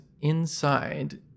inside